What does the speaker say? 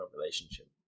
relationship